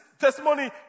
testimony